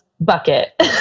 bucket